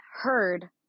heard